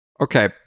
okay